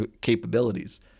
capabilities